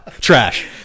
Trash